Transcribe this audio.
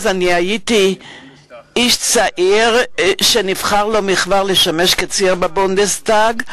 אז הייתי איש צעיר שנבחר לא מכבר לשמש כחבר הבונדסטאג.